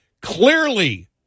clearly